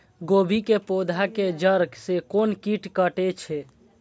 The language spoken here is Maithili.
गोभी के पोधा के जड़ से कोन कीट कटे छे?